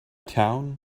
town